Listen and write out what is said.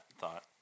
thought